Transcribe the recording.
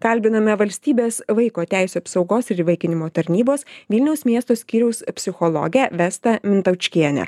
kalbiname valstybės vaiko teisių apsaugos ir įvaikinimo tarnybos vilniaus miesto skyriaus psichologę vestą mintaučkienę